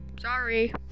sorry